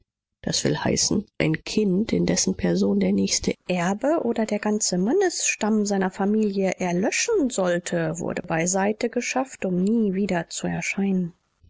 das will heißen ein kind in dessen person der nächste erbe oder der ganze mannesstamm seiner familie erlöschen sollte wurde beiseitegeschafft um nie wieder zu erscheinen